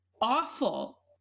Awful